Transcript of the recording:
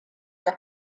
are